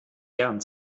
gern